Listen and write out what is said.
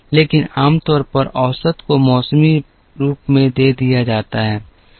लेकिन आमतौर पर औसत को मौसमी रूप दे दिया जाता है